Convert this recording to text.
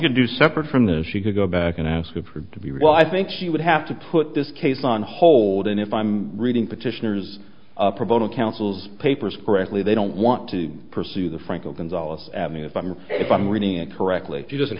can do separate from this she could go back and ask her to be well i think she would have to put this case on hold and if i'm reading petitioners proposal council's papers correctly they don't want to pursue the franco gonzales at me if i'm if i'm reading it correctly she doesn't